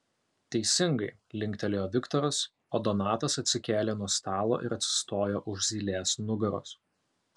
teisingai linktelėjo viktoras o donatas atsikėlė nuo stalo ir atsistojo už zylės nugaros